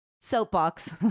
Soapbox